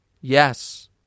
Yes